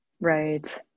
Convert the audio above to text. Right